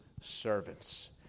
servants